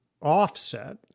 offset